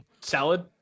Salad